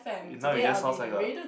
eh now you just sounds like a